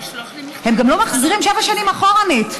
הם גם לא מחזירים שבע שנים אחורנית.